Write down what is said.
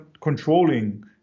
controlling